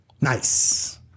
Nice